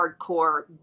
hardcore